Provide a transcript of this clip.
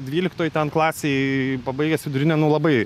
dvyliktoj klasėj pabaigęs vidurinę nu labai